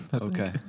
Okay